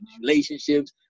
relationships